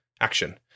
action